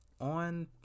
on